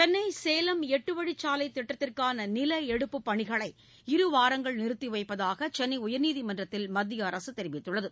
சென்னை சேலம் எட்டுவழிச்சாலை திட்டத்திற்கான நில எடுப்பு பணிகளை இருவாரங்கள் நிறுத்தி வைப்பதாக சென்னை உயர்நீதிமன்றத்தில் மத்திய அரசு தெரிவித்துள்ளது